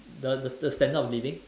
the the the standard of living